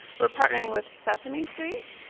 we're partnering with sesame street,